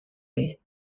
day